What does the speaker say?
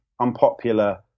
unpopular